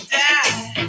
die